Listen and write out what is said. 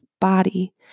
body